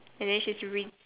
and then she's read